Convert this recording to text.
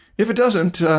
if it doesn't